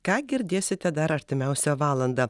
ką girdėsite dar artimiausią valandą